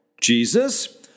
Jesus